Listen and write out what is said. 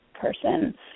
person